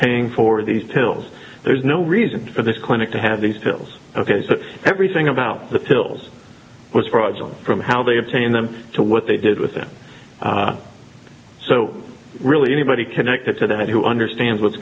paying for these pills there's no reason for this clinic to have these pills ok so everything about the pills was fraudulent from how they obtained them to what they did with him so really anybody connected to that who understands what's